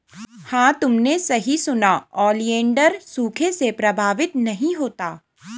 हां तुमने सही सुना, ओलिएंडर सूखे से प्रभावित नहीं होता